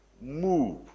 move